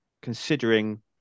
considering